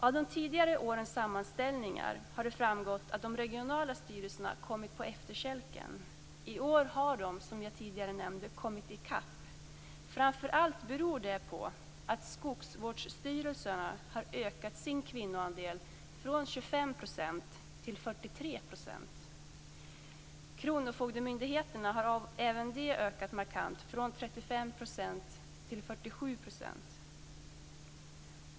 Av de tidigare årens sammanställningar har det framgått att de regionala styrelserna har kommit på efterkälken. I år har de kommit i kapp. Framför allt beror det på att skogsvårdsstyrelserna har ökat sin kvinnoandel från 25 % till 43 %. Kronofogdemyndigheterna har även de ökat markant från 35 % till 47 %.